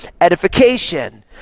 edification